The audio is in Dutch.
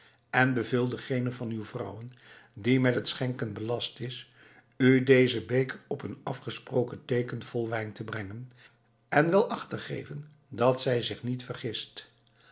en beveel degene van uw vrouwen die met het schenken belast is u dezen beker op een afgesproken teeken vol wijn te brengen en er wel acht op te geven dat zij zich niet vergist